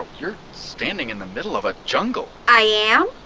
you're standing in the middle of a jungle! i am?